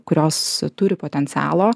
kurios turi potencialo